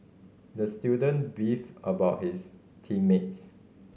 the student beefed about his team mates